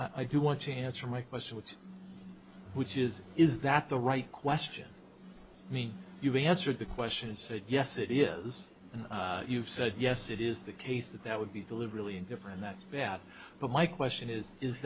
but i do want to answer my question which is which is is that the right question i mean you've answered the question and said yes it is and you've said yes it is the case that that would be deliberately indifferent that's bad but my question is is